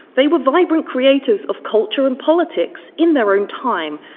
they were vibrant creators of culture and politics in their own time,